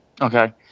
Okay